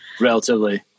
Relatively